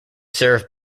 served